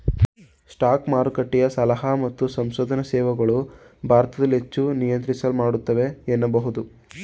stock ಮಾರುಕಟ್ಟೆಯ ಸಲಹಾ ಮತ್ತು ಸಂಶೋಧನಾ ಸೇವೆಗಳು ಭಾರತದಲ್ಲಿ ಹೆಚ್ಚು ನಿಯಂತ್ರಿಸಲ್ಪಡುತ್ತವೆ ಎನ್ನಬಹುದು